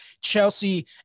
Chelsea